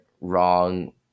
wrong